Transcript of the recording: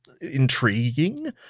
intriguing